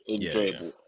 enjoyable